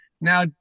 now